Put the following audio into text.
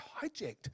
hijacked